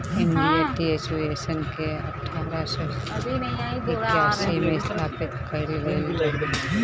India tea association के अठारह सौ इक्यासी में स्थापित कईल गईल रहे